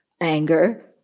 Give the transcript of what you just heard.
Anger